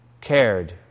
cared